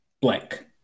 blank